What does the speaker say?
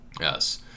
Yes